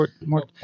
more